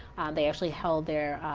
they actually held there,